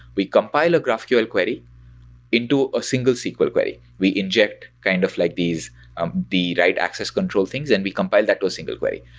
we compile a graphql query into a single sql query. we inject kind of like um the write access control things and we compile that to a single query.